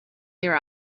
their